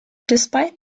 despite